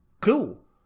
Cool